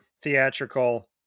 theatrical